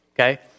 okay